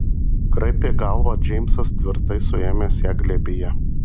kraipė galvą džeimsas tvirtai suėmęs ją glėbyje